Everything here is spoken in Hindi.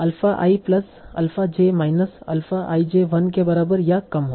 alpha i plus alpha j minus alpha i j 1 के बराबर या कम हो